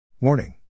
Warning